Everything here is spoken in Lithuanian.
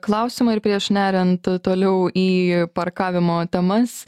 klausimą ir prieš neriant toliau į parkavimo temas